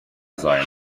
sein